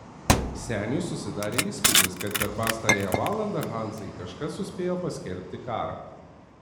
seniui susidarė įspūdis kad per pastarąją valandą hanzai kažkas suspėjo paskelbti karą